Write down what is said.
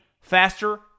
faster